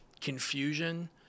confusion